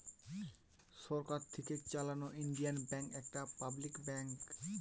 সরকার থিকে চালানো Indian bank একটা পাবলিক ব্যাঙ্ক